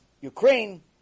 Ukraine